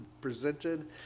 presented